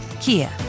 Kia